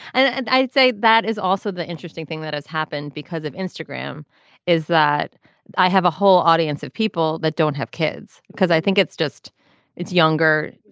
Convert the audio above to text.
and and i'd say that is also also the interesting thing that has happened because of instagram is that i have a whole audience of people that don't have kids because i think it's just it's younger.